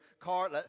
car